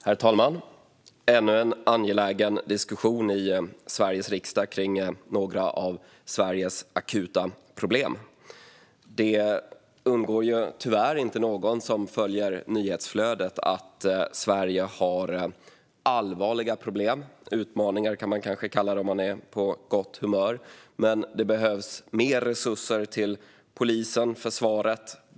Herr talman! Detta är ännu en angelägen diskussion i Sveriges riksdag om några av Sveriges akuta problem. Det undgår tyvärr inte någon som följer nyhetsflödet att Sverige har allvarliga problem - utmaningar kan man kanske kalla dem om man är på gott humör. Det behövs mer resurser till polisen och försvaret.